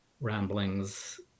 ramblings